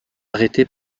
arrêté